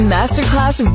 Masterclass